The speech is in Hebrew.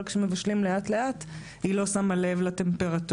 אבל כשמבשלים לאט לאט היא לא שמה לב לטמפרטורה.